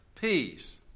Peace